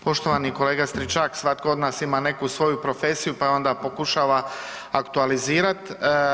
Poštovani kolega Stričak, svatko od nas ima neku svoju profesiju pa je onda pokušava aktualizirati.